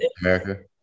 America